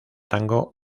tango